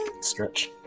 stretch